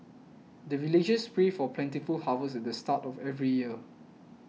the villagers pray for plentiful harvest at the start of every year